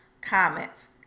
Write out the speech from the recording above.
comments